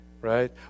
right